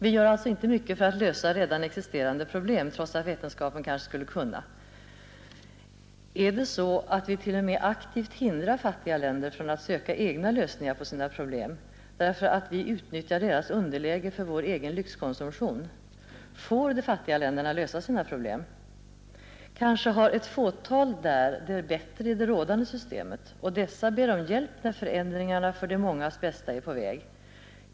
Vi gör alltså inte mycket för att lösa redan existerande problem, trots att vetenskapen kanske skulle kunna, Är det så att vi t.o.m. aktivt hindrar fattiga länder från att söka egna lösningar på sina problem, därför att vi utnyttjar deras underläge för vår egen lyxkonsumtion? Får de fattiga länderna lösa sina problem? Kanske har ett fåtal där det bättre i det rådande systemet, och dessa ber om hjälp när förändringarna för de mångas bästa är på väg.